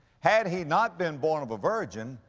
had he not been born of a virgin,